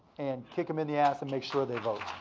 and kick em in the ass and make sure they vote.